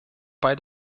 bei